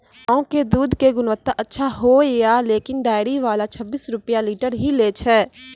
गांव के दूध के गुणवत्ता अच्छा होय या लेकिन डेयरी वाला छब्बीस रुपिया लीटर ही लेय छै?